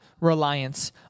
reliance